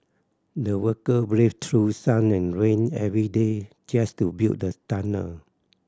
the worker braved through sun and rain every day just to build the tunnel